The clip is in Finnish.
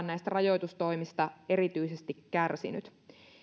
näistä rajoitustoimista erityisesti kärsinyt